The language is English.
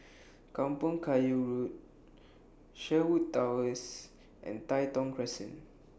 Kampong Kayu Road Sherwood Towers and Tai Thong Crescent